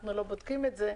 אנחנו לא בודקים את זה,